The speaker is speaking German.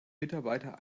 mitarbeiter